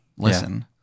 listen